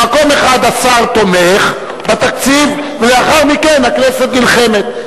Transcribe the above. במקום אחד השר תומך בתקציב ולאחר מכן הכנסת נלחמת.